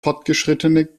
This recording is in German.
fortgeschrittene